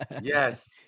Yes